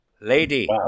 Lady